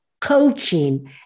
coaching